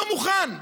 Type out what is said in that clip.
לא מוכן.